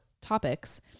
topics